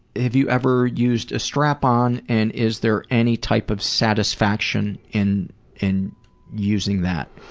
have you ever used a strap on and is there any type of satisfaction in in using that?